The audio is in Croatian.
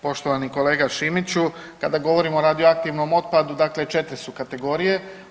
Poštovani kolega Šimiću, kada govorimo o radioaktivnom otpadu, dakle 4 su kategorije.